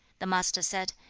the master said,